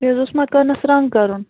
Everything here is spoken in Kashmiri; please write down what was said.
مےٚ حظ اوس مکانس رنٛگ کَرُن